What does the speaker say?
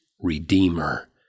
redeemer